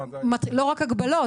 לא רק הגבלות.